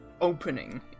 opening